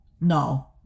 no